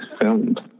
filmed